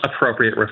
appropriate